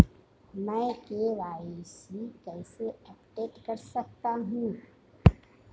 मैं के.वाई.सी कैसे अपडेट कर सकता हूं?